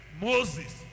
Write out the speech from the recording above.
Moses